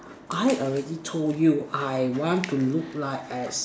I already told you I want to look like as